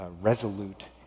resolute